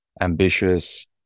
ambitious